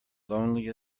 lonely